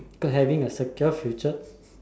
to having a secure future